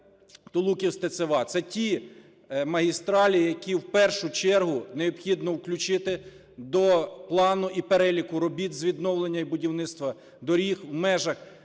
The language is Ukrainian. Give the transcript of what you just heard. Тулуків – Стецева – це ті магістралі, які в першу чергу необхідно включити до плану і переліку робіт з відновлення і будівництва доріг у межах